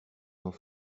sans